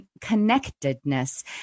Connectedness